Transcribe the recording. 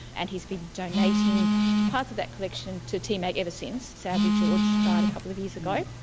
and he has been donating parts of that collection to tmag ever since. sadly george died a couple of years ago.